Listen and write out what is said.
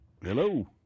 Hello